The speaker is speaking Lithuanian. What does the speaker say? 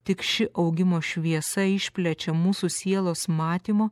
tik ši augimo šviesa išplečia mūsų sielos matymo